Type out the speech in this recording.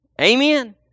Amen